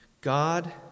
God